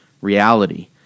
reality